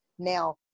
Now